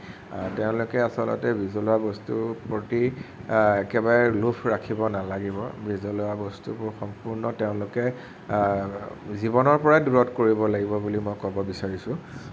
তেওঁলোকে আচলতে বিজলুৱা বস্তুৰ প্ৰতি একেবাৰে লোভ ৰাখিব নালাগিব বিজলুৱা বস্তুবোৰ সম্পূৰ্ণ তেওঁলোকে জীৱনৰ পৰাই দূৰত কৰিব লাগিব বুলি মই ক'ব বিচাৰিছোঁ